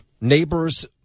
Neighbors